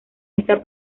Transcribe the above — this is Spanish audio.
esta